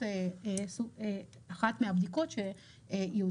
מתחת לגיל 12 שהם